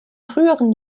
früheren